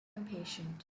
impatient